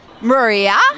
Maria